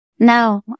No